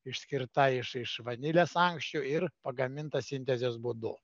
išskirta iš iš vanilės ankščių ir pagaminta sintezės būdu